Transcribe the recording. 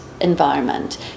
environment